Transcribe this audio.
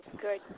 Good